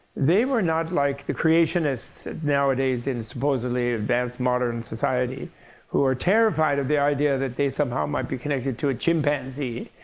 they were not like the creationists nowadays in supposedly advanced modern society who are terrified of the idea that they somehow might be connected to a chimpanzee.